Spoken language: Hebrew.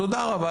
תודה רבה,